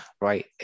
right